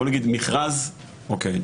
בואו נגיד מכרז אוקיי,